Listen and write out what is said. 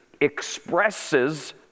expresses